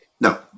No